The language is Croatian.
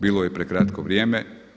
Bilo je prekratko vrijeme.